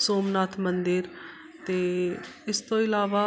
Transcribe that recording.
ਸੋਮਨਾਥ ਮੰਦਿਰ ਅਤੇ ਇਸ ਤੋਂ ਇਲਾਵਾ